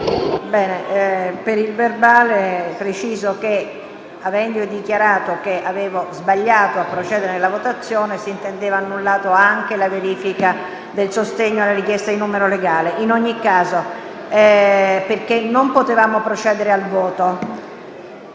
verbale, preciso che, avendo dichiarato che avevo sbagliato nel procedere alla votazione, si intendeva annullata anche la verifica del sostegno alla richiesta di votazione elettronica, perché non potevamo procedere al voto.